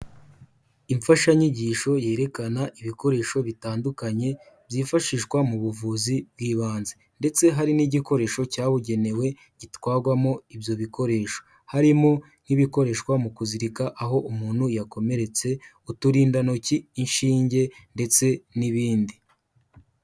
Imfashanyigisho yerekana ibikoresho bitandukanye byifashishwa mu buvuzi bw'ibanze ndetse hari n'igikoresho cyabugenewe gitwagwamo ibyo bikoresho, harimo nk'ibikoreshwa mu kuzirika aho umuntu yakomeretse, uturindantoki, inshinge ndetse n'ibindi.